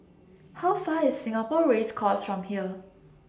How Far IS Singapore Race Course from here